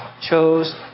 chose